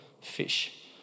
fish